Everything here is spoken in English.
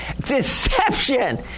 deception